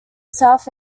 south